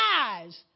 eyes